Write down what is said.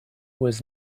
was